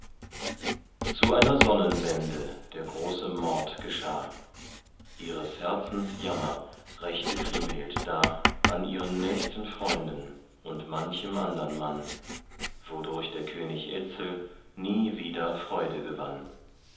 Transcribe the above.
zu einer sonnenwende der große mord geschah ihres herzens jammer rächte kriemhild da an ihren nächsten freunden und manchem andern mann wodurch der könig etzel nie wieder freude gewann